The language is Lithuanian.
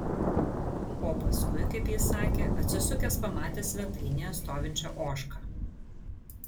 o paskui kaip jis sakė atsisukęs pamatė svetainėje stovinčią ožką